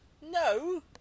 No